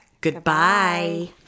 Goodbye